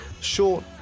short